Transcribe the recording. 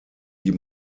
die